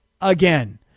again